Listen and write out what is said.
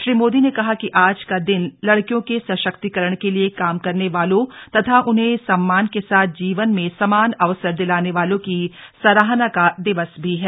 श्री मोदी ने कहा कि आज का दिन लडकियों के सशक्तिकरण के लिए काम करने वालों तथा उन्हें सम्मान के साथ जीवन में समान अवसर दिलाने वालों की सराहना का दिवस भी है